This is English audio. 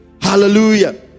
hallelujah